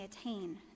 attain